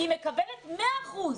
היא מקבלת 100 אחוז.